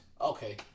Okay